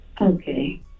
okay